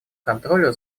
контролю